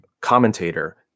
commentator